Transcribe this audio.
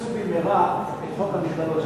עשו במהרה את חוק המכללות.